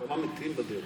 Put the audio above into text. כמה מתים בדרך?